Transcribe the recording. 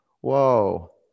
Whoa